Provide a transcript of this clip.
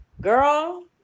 Girl